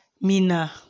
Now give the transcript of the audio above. Mina